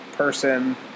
Person